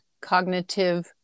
cognitive